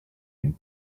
and